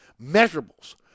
measurables